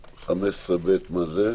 סעיף 15(ב), מה זה?